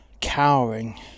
cowering